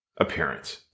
appearance